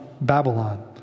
Babylon